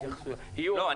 לא,